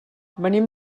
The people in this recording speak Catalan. venim